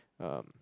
um